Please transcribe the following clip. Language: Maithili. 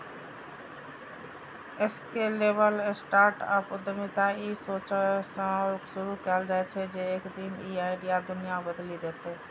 स्केलेबल स्टार्टअप उद्यमिता ई सोचसं शुरू कैल जाइ छै, जे एक दिन ई आइडिया दुनिया बदलि देतै